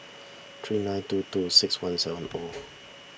three nine two two six one seven O